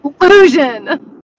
illusion